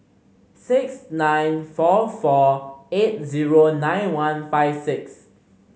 six nine four four eight zero nine one five six